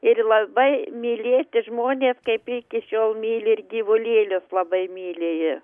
ir labai mylėti žmones kaip iki šiol myli ir gyvulėlius labai myli ji